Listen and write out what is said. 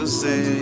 say